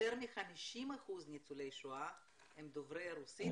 יותר מ-50% ניצולי שואה הם דוברי רוסית,